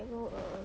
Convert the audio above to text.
you know